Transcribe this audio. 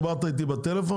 אתה דיברת איתי בטלפון?